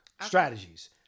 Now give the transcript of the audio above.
strategies